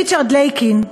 ריצ'רד לייקין,